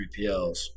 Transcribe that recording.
3pls